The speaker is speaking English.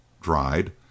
dried